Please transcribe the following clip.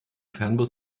fernbus